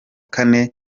kane